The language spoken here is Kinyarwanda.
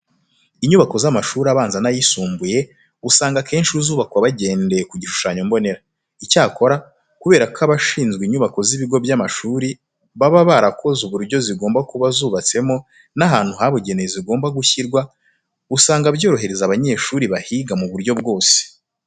Inyubako z'amashuri abanza n'ayisumbuye usanga akenshi zubakwa bagendeye ku gishushanyo mbonera. Icyakora kubera ko abashinzwe inyubako z'ibigo by'amashuri baba barakoze uburyo zigomba kuba zubatsemo n'ahantu habugenewe zigomba gushyirwa, usanga byorohereza abanyeshuri bahiga mu buryo bwose.